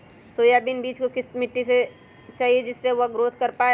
Soybean बीज को किस तरह का मिट्टी चाहिए जिससे वह ग्रोथ कर पाए?